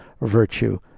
virtue